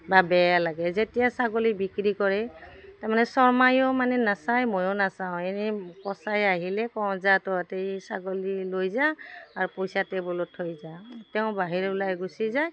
বা বেয়া লাগে যেতিয়া ছাগলী বিক্ৰী কৰে তাৰমানে শৰ্মাও মানে নাচায় ময়ো নাচাওঁ এনেই কচাই আহিলে কওঁ যা তহঁতে ছাগলী লৈ যা আৰু পইচা টেবুলত থৈ যা তেওঁ বাহিৰ ওলাই গুচি যায়